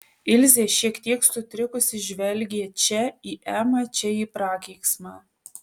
ilzė šiek tiek sutrikusi žvelgė čia į emą čia į prakeiksmą